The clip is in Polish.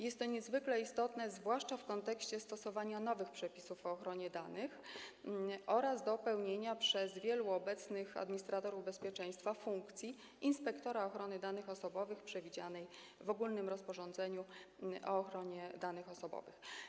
Jest to niezwykle istotne, zwłaszcza w kontekście stosowania nowych przepisów o ochronie danych oraz pełnienia przez wielu obecnych administratorów bezpieczeństwa funkcji inspektora ochrony danych osobowych przewidzianej w ogólnym rozporządzeniu o ochronie danych osobowych.